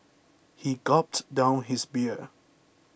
he gulped down his beer